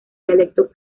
dialecto